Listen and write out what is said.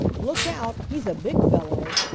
look out! he's a big fellow!